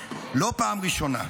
לא פעם ראשונה.